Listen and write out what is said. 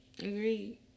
Agreed